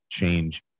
change